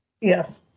Yes